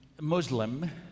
Muslim